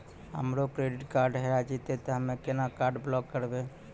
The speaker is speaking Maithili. हमरो क्रेडिट कार्ड हेरा जेतै ते हम्मय केना कार्ड ब्लॉक करबै?